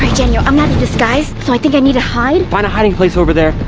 daniel, i'm not in disguise, so i think i need to hide. find a hiding place over there.